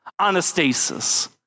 Anastasis